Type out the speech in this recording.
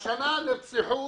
השנה נרצחו